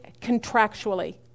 contractually